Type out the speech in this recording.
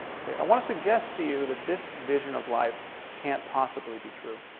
okay, i want to suggest to you that this vision of life can't possibly be true